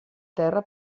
terra